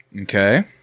Okay